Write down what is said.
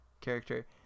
character